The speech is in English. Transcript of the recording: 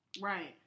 Right